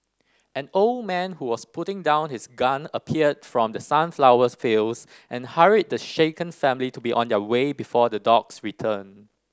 an old man who was putting down his gun appeared from the sunflowers fields and hurried the shaken family to be on their way before the dogs return